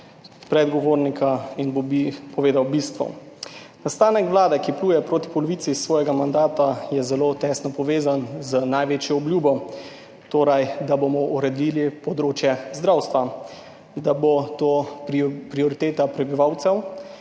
predgovornika in bi povedal bistvo. Nastanek vlade, ki pluje proti polovici svojega mandata, je zelo tesno povezan z največjo obljubo, torej da bomo uredili področje zdravstva, da bo to prioriteta prebivalcev,